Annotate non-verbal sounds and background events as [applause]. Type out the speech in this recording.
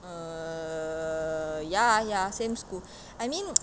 err ya ya same school I mean [noise]